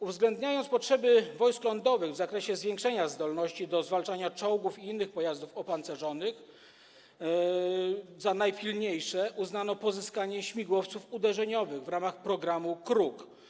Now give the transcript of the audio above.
Uwzględniając potrzeby Wojsk Lądowych w zakresie zwiększenia zdolności do zwalczania czołgów i innych pojazdów opancerzonych, za najpilniejsze uznano pozyskanie śmigłowców uderzeniowych w ramach programu „Kruk”